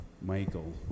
Michael